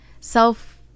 self